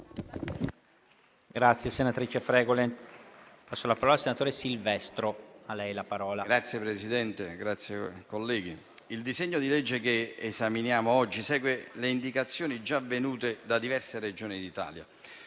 il disegno di legge che esaminiamo oggi segue le indicazioni già venute da diverse Regioni d'Italia.